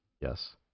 Yes